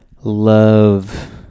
love